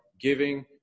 giving